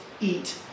eat